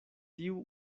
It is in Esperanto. tiu